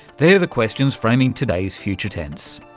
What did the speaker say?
they're the questions framing today's future tense.